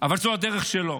אבל זו הדרך שלו.